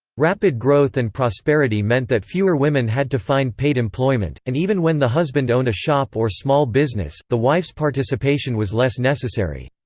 rapid growth and prosperity meant that fewer women had to find paid employment, and even when the husband owned a shop or small business, the wife's participation was less necessary.